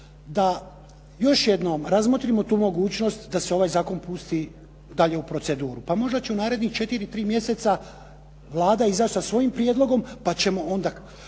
da još jednom razmotrimo tu mogućnost da se ovaj zakon pusti dalje u proceduru. Pa možda će u narednih 4, 3 mjeseca Vlada izaći sa svojim prijedlogom pa ćemo onda